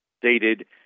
stated